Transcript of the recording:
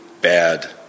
bad